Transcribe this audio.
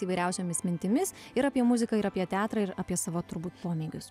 įvairiausiomis mintimis ir apie muziką ir apie teatrą ir apie savo turbūt pomėgius